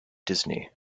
disney